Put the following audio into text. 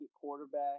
quarterback